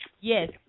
yes